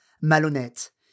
malhonnête